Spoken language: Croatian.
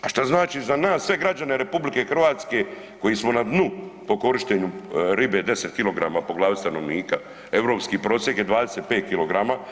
A šta znači za sve građane RH koji smo na dnu po korištenju ribe 10kg po glavi stanovnika, europski prosjek je 25kg.